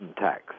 tax